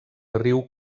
riu